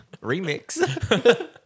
Remix